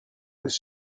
was